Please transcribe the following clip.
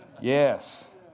Yes